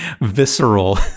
visceral